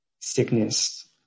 sickness